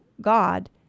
God